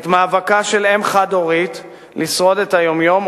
את מאבקה של אם חד-הורית לשרוד את היום-יום,